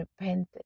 repented